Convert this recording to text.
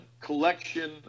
collection